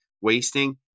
wasting